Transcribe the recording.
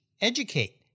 educate